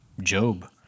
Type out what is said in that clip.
Job